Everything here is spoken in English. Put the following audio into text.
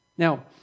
Now